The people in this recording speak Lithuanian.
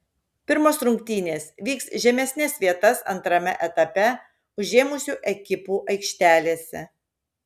pirmos rungtynės vyks žemesnes vietas antrame etape užėmusių ekipų aikštelėse